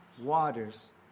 waters